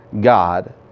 God